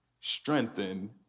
strengthen